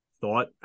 thought